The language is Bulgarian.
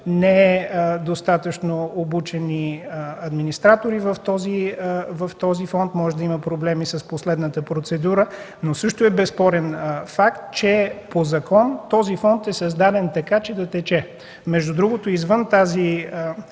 недостатъчно обучени администратори в този фонд, може да има проблеми с последната процедура, но също е безспорен факт, че по закон този фонд е създаден така, че да тече. Другото, извън тази